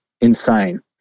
insane